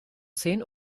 zehn